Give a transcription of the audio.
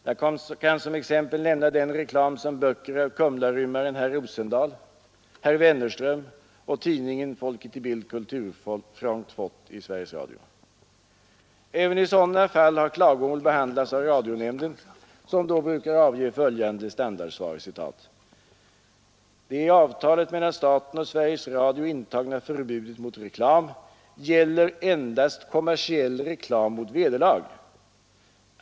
Jag kan som exempel nämna den reklam som böcker av Kumlarymmaren herr Rosendahl och herr Wennerström samt tidningen Folket i Bild kulturfront fått i Sveriges Radio. Även i sådana fall har klagomål behandlats av radionämnden, som då brukar avge följande standardsvar: ”Det i avtalet mellan staten och Sveriges Radio intagna förbudet mot reklam gäller endast kommersiell reklam mot vederlag.